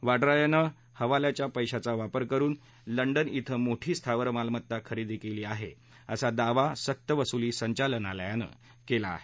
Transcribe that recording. वाड्रा यांनी हवाल्याच्या पैशाचा वापर करून लंडन क्वें मोठी स्थावर मालमत्ता खरेदी केली आहे असा दावा सक्तवसुली संचालनालयानं केला आहे